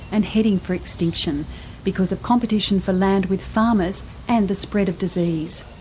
and heading for extinction because of competition for land with farmers and the spread of disease.